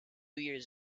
years